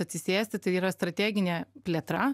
atsisėsti tai yra strateginė plėtra